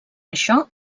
això